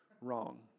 wrong